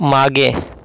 मागे